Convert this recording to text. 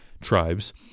tribes